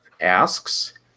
asks